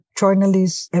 journalists